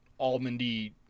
almondy